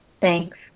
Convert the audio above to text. Thanks